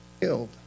killed